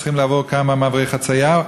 שצריכים לעבור כמה מעברי חצייה,